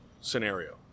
scenario